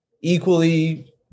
equally